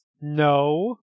No